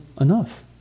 enough